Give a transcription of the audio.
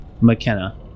McKenna